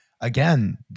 again